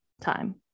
time